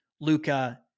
Luca